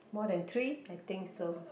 more than three I think so